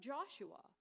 Joshua